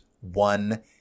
one